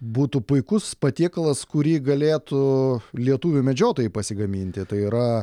būtų puikus patiekalas kurį galėtų lietuvių medžiotojai pasigaminti tai yra